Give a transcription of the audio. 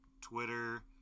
twitter